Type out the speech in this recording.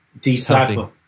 Decipher